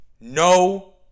No